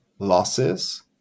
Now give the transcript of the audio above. losses